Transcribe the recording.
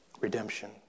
redemption